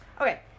Okay